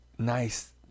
nice